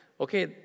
Okay